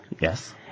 Yes